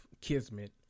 kismet